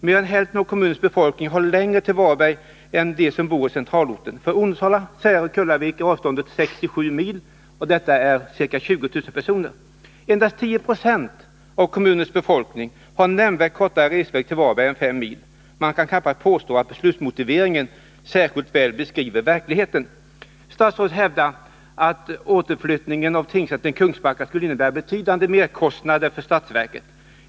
Mer än hälften av kommunens befolkning har längre till Varberg än de som bor i centralorten. För dem som bor i Onsala, Särö och Kullavik är avståndet 6-7 mil, och de är ca 20 000 personer. Endast 10 20 av kommunens befolkning har nämnvärt kortare resväg till Varberg än 5 mil. Man kan därför knappast påstå att beslutsmotiveringen särskilt väl beskriver verkligheten. Statsrådet hävdar att en återflyttning av tingsrätten till Kungsbacka skulle innebära betydande merkostnader för statsverket.